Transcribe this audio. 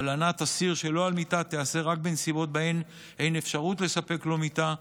הלנת אסיר שלא על מיטה תיעשה רק בנסיבות שבהן אין אפשרות לספק לו מיטה,